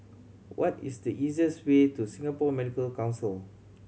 what is the easiest way to Singapore Medical Council